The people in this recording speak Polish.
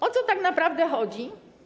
O co tak naprawdę chodzi?